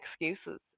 excuses